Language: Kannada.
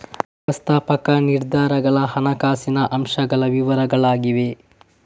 ವ್ಯವಸ್ಥಾಪಕ ನಿರ್ಧಾರಗಳ ಹಣಕಾಸಿನ ಅಂಶಗಳ ವಿವರಗಳಾಗಿವೆ